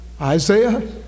Isaiah